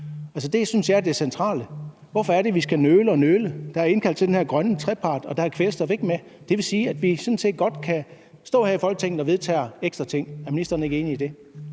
jeg er det centrale. Hvorfor er det, vi skal nøle og nøle? Der er indkaldt til den her grønne trepartsforhandling, og der er kvælstof ikke med. Det vil sige, at vi sådan set godt kan stå her i Folketinget og vedtage ekstra ting. Er ministeren ikke enig i det?